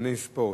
(מאמני ספורט),